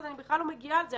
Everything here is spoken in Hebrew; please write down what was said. אני בכלל לא מגיעה לזה.